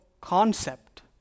concept